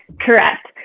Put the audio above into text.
Correct